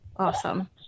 Awesome